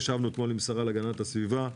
ישבנו אתמול עם השרה להגנת הסביבה.